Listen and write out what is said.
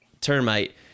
Termite